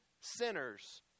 sinners